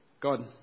God